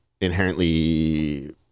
inherently